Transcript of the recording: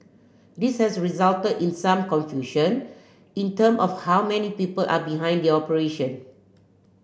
this has resulted in some confusion in term of how many people are behind the operation